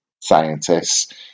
scientists